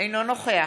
אינו נוכח